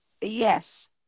Yes